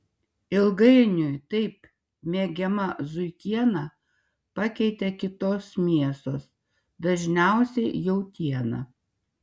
ilgainiui taip mėgiamą zuikieną pakeitė kitos mėsos dažniausiai jautiena